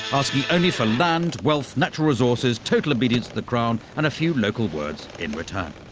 asking only for land, wealth, natural resources, total obedience to the crown and a few local words in return.